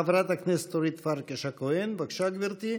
חברת הכנסת אורית פרקש הכהן, בבקשה, גברתי.